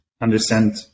understand